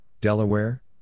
Delaware